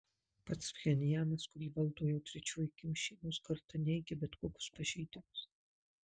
pats pchenjanas kurį valdo jau trečioji kim šeimos karta neigia bet kokius pažeidimus